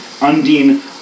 Undine